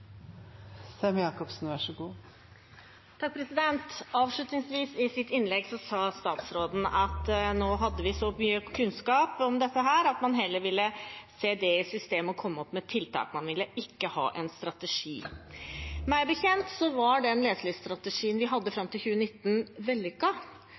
mye kunnskap om dette at man heller ville se det i system og komme med tiltak. Man ville ikke ha en strategi. Meg bekjent var den leselyststrategien vi hadde